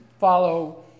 follow